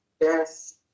Yes